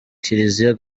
kiliziya